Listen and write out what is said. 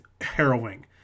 harrowing